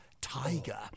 Tiger